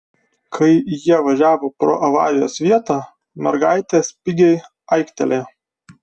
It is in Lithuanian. kai jie važiavo pro avarijos vietą mergaitė spigiai aiktelėjo